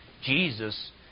Jesus